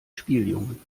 spieljungen